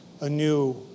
anew